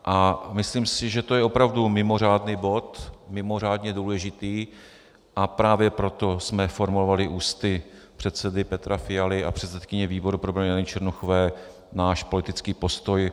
A myslím si, že to je opravdu mimořádný bod, mimořádně důležitý, a právě proto jsme formovali ústy předsedy Petra Fialy a předsedkyně výboru paní Černochové náš politický postoj.